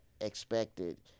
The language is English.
expected